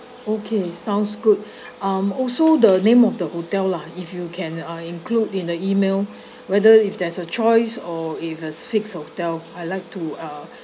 okay sounds good um also the name of the hotel lah if you can uh include in the email whether if there's a choice or it has fixed hotel I like to uh